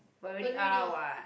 but we already